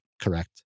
correct